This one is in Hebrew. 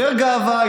יותר גאווה,